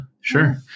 Sure